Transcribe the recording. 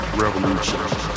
revolution